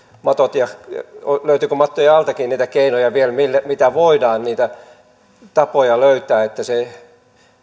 matot ja katsotaan löytyykö mattojen altakin vielä niitä keinoja millä voidaan niitä tapoja löytää että se